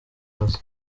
mazi